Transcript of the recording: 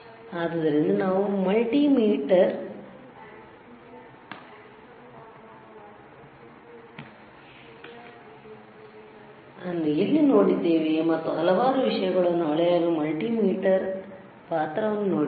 ಆದ್ದರಿಂದ ನಾವು ಮಲ್ಟಿಮೀಟರ್ ಅನ್ನು ಎಲ್ಲಿ ನೋಡಿದ್ದೇವೆ ಮತ್ತು ಹಲವಾರು ವಿಷಯಗಳನ್ನು ಅಳೆಯಲು ಮಲ್ಟಿಮೀಟರ್ ಪಾತ್ರವನ್ನು ನೋಡಿದ್ದೇವೆ